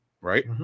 right